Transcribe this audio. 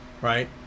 right